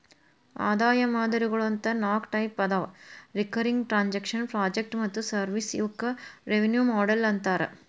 ಆದಾಯ ಮಾದರಿಗಳು ಅಂತ ನಾಕ್ ಟೈಪ್ ಅದಾವ ರಿಕರಿಂಗ್ ಟ್ರಾಂಜೆಕ್ಷನ್ ಪ್ರಾಜೆಕ್ಟ್ ಮತ್ತ ಸರ್ವಿಸ್ ಇವಕ್ಕ ರೆವೆನ್ಯೂ ಮಾಡೆಲ್ ಅಂತಾರ